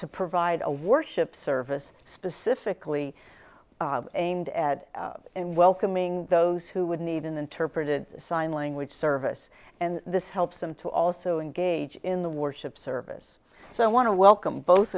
to provide a worship service specifically aimed at welcoming those who would need an interpreted sign language service and this helps them to also engage in the worship service so i want to welcome both